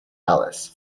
alice